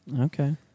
Okay